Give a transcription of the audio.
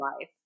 life